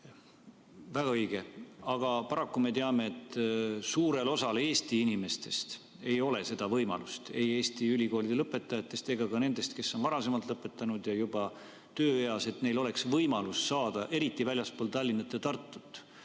Väga õige! Aga paraku me teame, et suurel osal Eesti inimestest ei ole seda võimalust – ei Eesti ülikoolide lõpetajatest ega ka nendest, kes on varem lõpetanud ja juba tööeas. Paljudel ei ole võimalust, eriti väljaspool Tallinna ja Tartut,